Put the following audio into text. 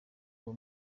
uwo